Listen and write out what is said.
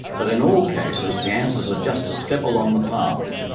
but in all cases the answers are just a step along the path,